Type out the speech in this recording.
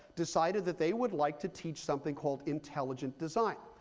decided that they would like to teach something called intelligent design.